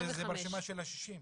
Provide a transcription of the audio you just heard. זה ברשימה של ה-60?